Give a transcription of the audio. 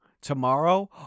Tomorrow